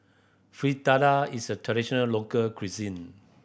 fritada is a traditional local cuisine